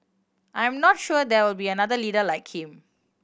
I'm not sure there will be another leader like him